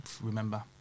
remember